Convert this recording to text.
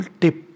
tip